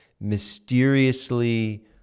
mysteriously